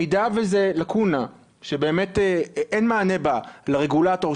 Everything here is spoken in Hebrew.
אם זו לקונה שבאמת אין מענה לה לרגולטור,